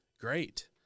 great